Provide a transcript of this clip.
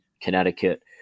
Connecticut